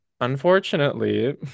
unfortunately